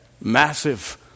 massive